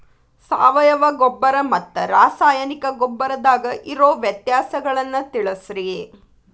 ಸಾವಯವ ಗೊಬ್ಬರ ಮತ್ತ ರಾಸಾಯನಿಕ ಗೊಬ್ಬರದಾಗ ಇರೋ ವ್ಯತ್ಯಾಸಗಳನ್ನ ತಿಳಸ್ರಿ